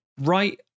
Right